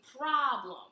problem